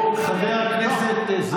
חבר הכנסת זוהר.